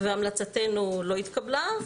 והמלצתנו לא התקבלה.